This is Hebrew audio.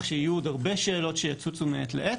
שיהיו עוד הרבה שאלות שיצוצו מעת לעת.